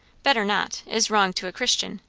better not is wrong to a christian,